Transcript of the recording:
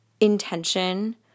intention